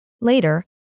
Later